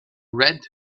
red